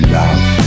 love